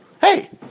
hey